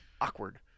awkward